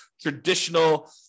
traditional